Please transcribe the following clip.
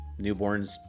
newborns